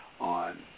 on